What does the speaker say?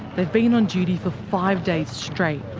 they've been on duty for five days straight.